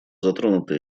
затронута